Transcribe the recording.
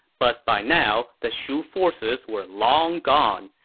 but by now, the shu forces were long gone.